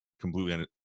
completely